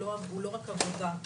הוא לא רק עבודה.